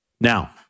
Now